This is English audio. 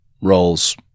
roles